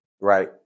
right